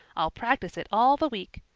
i'll practice it all the week.